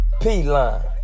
P-Line